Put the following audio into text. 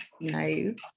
Nice